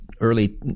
early